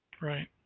Right